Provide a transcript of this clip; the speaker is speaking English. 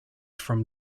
from